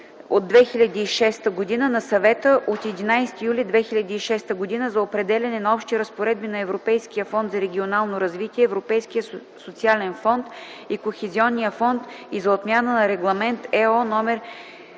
№ 1083/2006 на Съвета от 11 юли 2006 г. за определяне на общи разпоредби на Европейския фонд за регионално развитие, Европейския социален фонд и Кохезионния фонд и за отмяна на Регламент (ЕО)